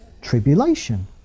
Tribulation